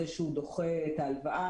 זה שהוא דוחה את ההלוואה,